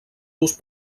los